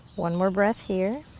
one more breath here.